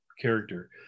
character